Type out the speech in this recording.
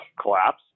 collapse